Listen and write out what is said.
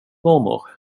mormor